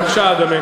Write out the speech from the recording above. בבקשה, אדוני.